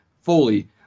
fully